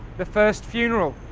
the first funeral,